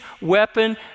weapon